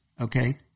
Okay